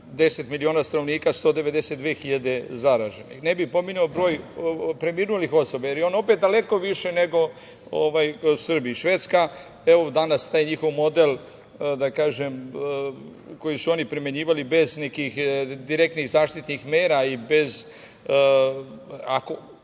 10 miliona stanovnika – 192 hiljade zaraženih. Ne bih pominjao broj preminulih osoba, jer je on opet daleko viši nego u Srbiji. Švedska danas, taj njihov model, koji su oni primenjivali, bez nekih direktnih zaštitnih mera i bez